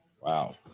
Wow